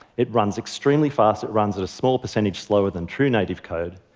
it runs extremely fast, it runs at a small percentage slower than true native code,